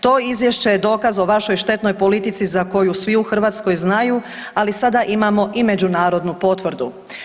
To izvješće je dokaz o vašoj štetnoj politici za koju svi u Hrvatskoj znaju, ali sada imamo i međunarodnu potvrdu.